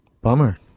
Bummer